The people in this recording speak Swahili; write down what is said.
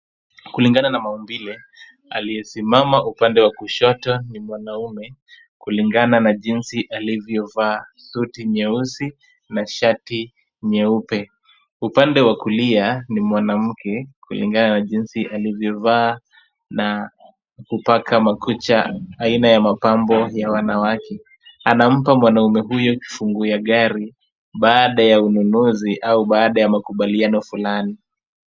Kulingana na maumbile, aliyesimama upande wa kushoto ni mwanamume kulingana na jinsi alivyovaa suti nyeusi na shati nyeupe. Upande wa kulia, ni mwanamke kulingana na jinsi alivyovaa na kupaka makucha aina ya mapambo ya wanawake. Anampa mwanamume huyo kifunguu ya gari baada ya ununuzi au baada ya makubaliano fulani.